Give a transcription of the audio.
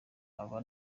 aba